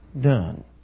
done